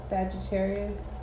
Sagittarius